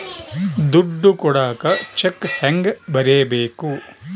ದುಡ್ಡು ಕೊಡಾಕ ಚೆಕ್ ಹೆಂಗ ಬರೇಬೇಕು?